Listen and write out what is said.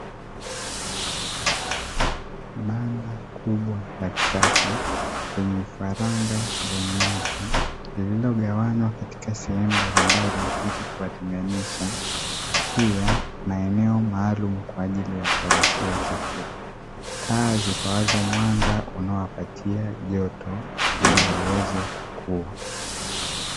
Banda kubwa la kisasa lenye vifaranga ndani yake, lililogawanywa katika sehemu mbalimbali ili kuwatenganisha. Pia maeneo maalum kwa ajili ya kuwalishia chakula, taa zitoazo mwanga unaowapatia joto ili waweze kukuwa.